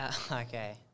Okay